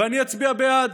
ואני אצביע בעד,